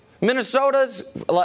Minnesota's